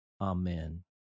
Amen